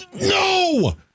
no